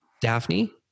Daphne